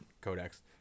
codex